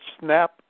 snap